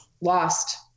lost